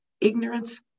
Ignorance